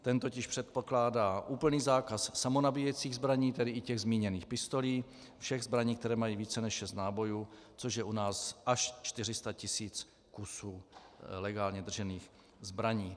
Ten totiž předpokládá úplný zákaz samonabíjecích zbraní, tedy i zmíněných pistolí, všech zbraní, které mají více než šest nábojů, což je u nás až 400 tisíc kusů legálně držených zbraní.